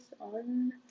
on